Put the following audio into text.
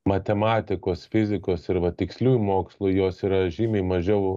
matematikos fizikos ir va tiksliųjų mokslų jos yra žymiai mažiau